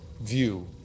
view